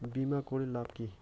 বিমা করির লাভ কি?